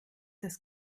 das